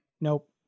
nope